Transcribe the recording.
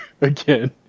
again